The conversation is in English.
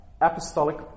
apostolic